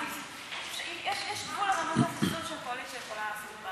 יש גבול לרמת הזלזול שהקואליציה יכולה לעשות,